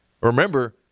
Remember